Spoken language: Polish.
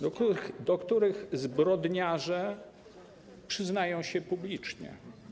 do których zbrodniarze przyznają się publicznie?